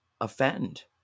offend